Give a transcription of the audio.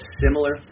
similar